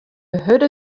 hurde